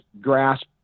grasp